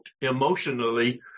emotionally